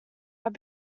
have